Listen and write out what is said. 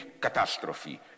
catastrophe